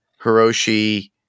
Hiroshi